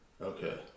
Okay